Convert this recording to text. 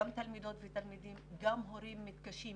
גם תלמידות ותלמידים, גם הורים מתקשים.